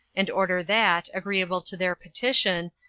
and order that, agreeable to their petition,